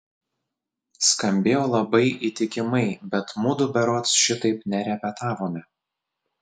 skambėjo labai įtikimai bet mudu berods šitaip nerepetavome